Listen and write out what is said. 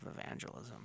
evangelism